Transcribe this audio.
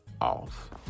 off